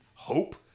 Hope